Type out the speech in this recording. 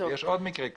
יש עוד מקרה כזה.